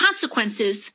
consequences